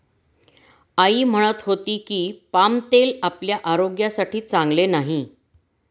आई म्हणत होती की, पाम तेल आपल्या आरोग्यासाठी चांगले नाही